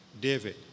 David